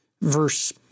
Verse